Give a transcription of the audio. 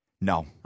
No